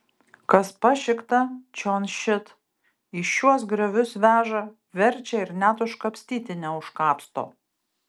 kas pašikta čion šit į šiuos griovius veža verčia ir net užkapstyti neužkapsto